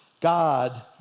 God